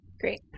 Great